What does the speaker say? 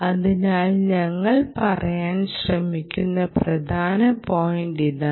അതിനാൽ ഞങ്ങൾ പറയാൻ ശ്രമിക്കുന്ന പ്രധാന പോയിന്റ് അതാണ്